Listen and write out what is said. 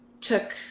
took